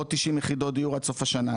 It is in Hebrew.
עוד 90 יחידות דיור עד סוף השנה.